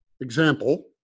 example